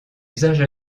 usage